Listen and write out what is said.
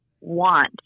want